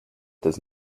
does